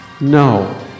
No